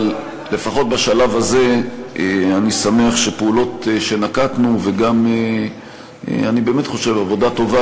אבל לפחות בשלב הזה אני שמח שפעולות שנקטנו וגם עבודה טובה,